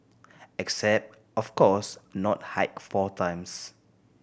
except of course not hike four times